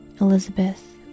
Elizabeth